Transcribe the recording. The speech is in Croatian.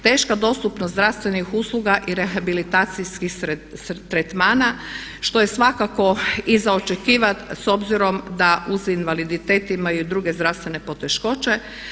Teška dostupnost zdravstvenih usluga i rehabilitacijskih tretmana je svakako i za očekivati s obzirom da uz invaliditet imaju i druge zdravstvene poteškoće.